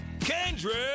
Kendrick